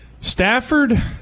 Stafford